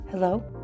Hello